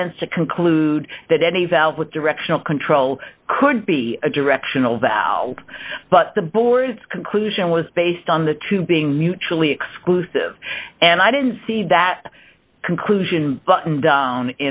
evidence to conclude that any valve with directional control could be a directional valve but the board's conclusion was based on the two being mutually exclusive and i didn't see that conclusion buttoned down